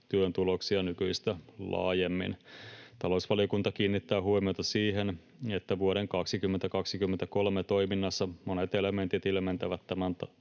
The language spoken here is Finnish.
työn tuloksia nykyistä laajemmin. Talousvaliokunta kiinnittää huomiota siihen, että vuoden 2023 toiminnassa monet elementit ilmentävät tämän